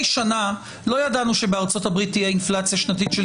שנה לא ידענו שבארצות-הברית תהיה אינפלציה שנתית של